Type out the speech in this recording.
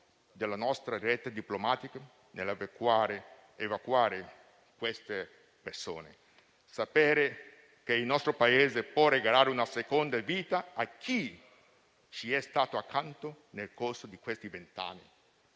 della nostra rete diplomatica nell'evacuare quelle persone. Sapere che il nostro Paese può regalare una seconda vita a chi ci è stato accanto nel corso di questi vent'anni